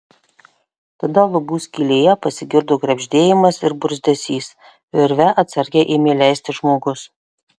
tada lubų skylėje pasigirdo krebždėjimas ir bruzdesys virve atsargiai ėmė leistis žmogus